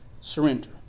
surrender